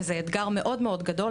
וזה אתגר מאוד מאוד גדול.